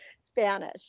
Spanish